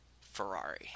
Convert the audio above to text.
Ferrari